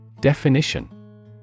Definition